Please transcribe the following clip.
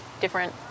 different